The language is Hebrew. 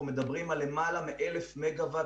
אנחנו מדברים על יותר מ-1,000 מגה-וואט